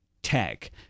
tech